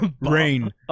Brain